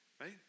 right